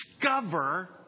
discover